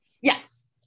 Yes